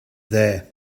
there